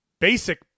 Basic